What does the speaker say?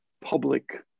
public